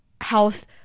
health